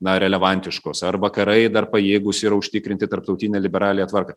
na relevantiškos ar vakarai dar pajėgūs yra užtikrinti tarptautinę liberaliąją tvarką